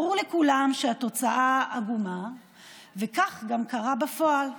ברור לכולם שהתוצאה היא עגומה וכך גם קרה בפועל.